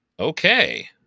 Okay